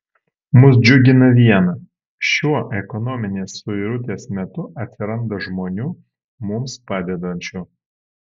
mus džiugina viena šiuo ekonominės suirutės metu atsiranda žmonių mums padedančių